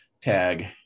tag